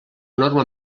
norma